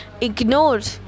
ignored